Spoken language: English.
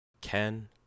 Ken